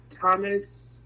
Thomas